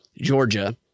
Georgia